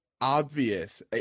obvious